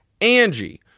Angie